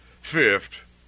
Fifth